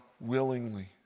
willingly